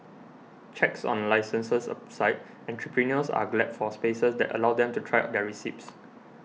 checks on licences aside entrepreneurs are glad for spaces that allow them to try out their recipes